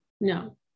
No